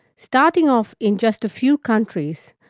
starting off in just a few countries,